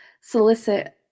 solicit